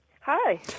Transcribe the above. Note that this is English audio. Hi